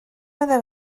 meddai